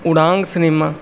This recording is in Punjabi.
ਉੜਾਂਗ ਸਿਨੇਮਾ